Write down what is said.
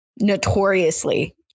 notoriously